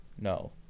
No